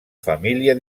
família